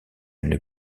une